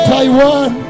Taiwan